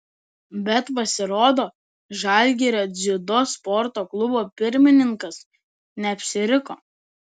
bet pasirodo žalgirio dziudo sporto klubo pirmininkas neapsiriko